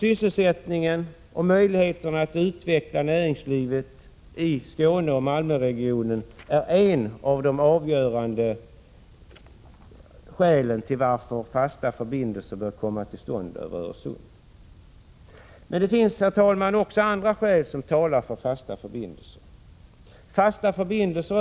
Sysselsättningsfrågan och behovet av en bättre utveckling av näringslivet i Malmöregionen och Skåne i övrigt är avgörande skäl till att fasta förbindelser över Öresund bör komma till stånd. Men det finns, herr talman, också andra skäl som talar för fasta förbindelser över Öresund.